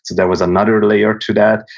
there was another layer to that.